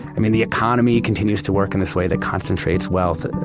i mean, the economy continues to work in this way that concentrates wealth,